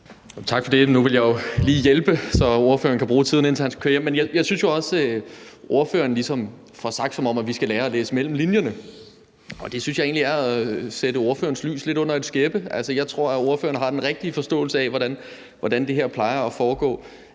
Tak for det. Nu ville jeg jo lige hjælpe, så ordføreren kan bruge tiden, indtil han skal køre hjem. Jeg synes jo også, at ordføreren ligesom får sagt det, som om vi skal lære at læse mellem linjerne. Det synes jeg egentlig er at sætte ordførerens lys lidt under en skæppe. Jeg tror, ordføreren har den rigtige forståelse af, hvordan det her plejer at foregå,